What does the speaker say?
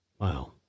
Wow